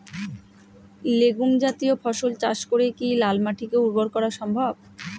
Legume জাতীয় ফসল চাষ করে কি লাল মাটিকে উর্বর করা সম্ভব?